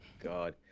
God